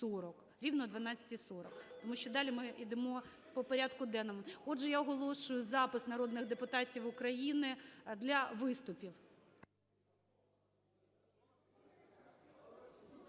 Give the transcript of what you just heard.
Рівно о 12:40, тому що далі ми ідемо по порядку денному. Отже, я оголошую запис народних депутатів України для виступів.